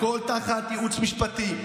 הכול תחת ייעוץ משפטי,